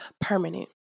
Permanent